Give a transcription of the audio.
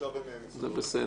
בסדר.